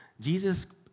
Jesus